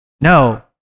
No